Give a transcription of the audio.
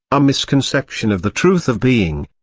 a misconception of the truth of being.